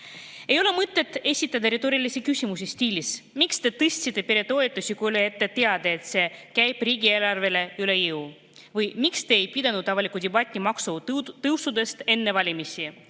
ei ole mõtet esitada retoorilisi küsimusi stiilis: "Miks te tõstsite peretoetusi, kui oli ette teada, et see käib riigieelarvele üle jõu?" Või: "Miks te ei pidanud avalikku debatti maksutõusudest enne valimisi?"